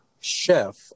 chef